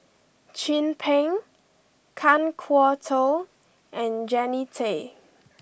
Chin Peng Kan Kwok Toh and Jannie Tay